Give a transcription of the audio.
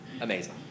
amazing